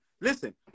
listen